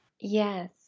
Yes